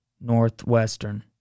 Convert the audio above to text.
Northwestern